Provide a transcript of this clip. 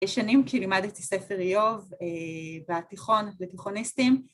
‫שנים כשלימדתי ספר איוב ‫והתיכון לתיכוניסטים.